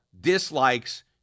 dislikes